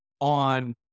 on